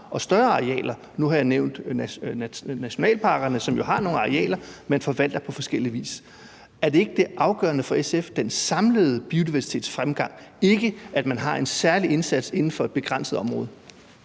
og større arealer – nu har jeg nævnt nationalparkerne, som jo har nogle arealer, man forvalter på forskellig vis. Er det ikke den samlede biodiversitetsfremgang, der er det afgørende for SF, og ikke, at man har en særlig indsats inden for et begrænset område?